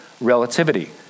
relativity